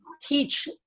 teach